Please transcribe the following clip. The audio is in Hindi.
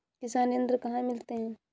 किसान यंत्र कहाँ मिलते हैं?